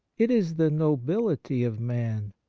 it is the nobility of man.